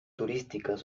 turísticas